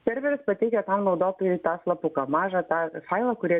serveris pateikia naudotojui tą slapuką mažą tą failą kurį